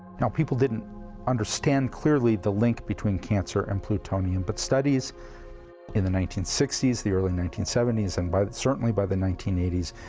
now, people didn't understand clearly the link between cancer and plutonium, but studies in the nineteen sixty s, the early nineteen seventy s, and certainly by the nineteen eighty s,